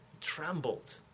Trembled